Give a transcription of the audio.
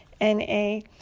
N-A